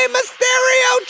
Mysterio